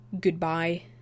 goodbye